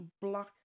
black